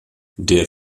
der